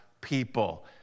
people